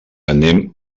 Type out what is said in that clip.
anem